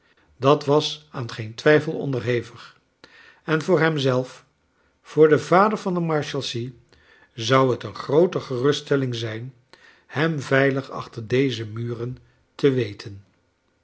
dat was aan geen twijfel onderhevig en voor hem zelf voor den yader van de marshalsea zou het een groote geruststelling zijn hem veilig achter deze muren te weten